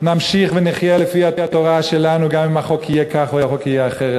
נמשיך ונחיה לפי התורה שלנו גם אם החוק יהיה כך או אחרת,